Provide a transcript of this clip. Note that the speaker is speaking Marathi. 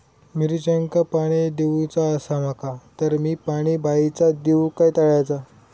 मिरचांका पाणी दिवचा आसा माका तर मी पाणी बायचा दिव काय तळ्याचा?